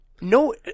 No